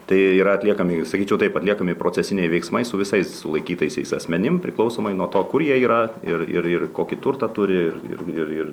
tai yra atliekami sakyčiau taip atliekami procesiniai veiksmai su visais sulaikytaisiais asmenim priklausomai nuo to kur jie yra ir ir kokį turtą turi ir ir ir